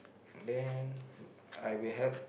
then I will have